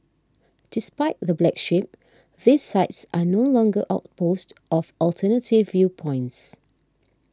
despite the black sheep these sites are no longer outposts of alternative viewpoints